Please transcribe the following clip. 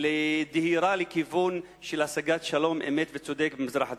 לדהירה לכיוון של השגת שלום אמת וצודק במזרח התיכון.